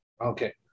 Okay